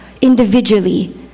individually